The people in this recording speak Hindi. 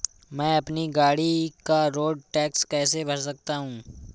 मैं अपनी गाड़ी का रोड टैक्स कैसे भर सकता हूँ?